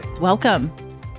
welcome